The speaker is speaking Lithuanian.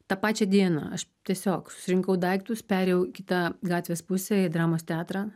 tą pačią dieną aš tiesiog susirinkau daiktus perėjau į kitą gatvės pusę į dramos teatrą